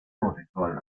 homosexual